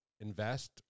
invest